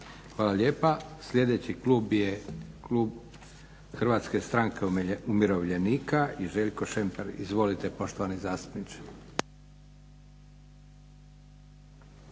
Hvala lijepa. Sljedeći klub je klub HSU-a i Željko Šemper. Izvolite poštovani zastupniče.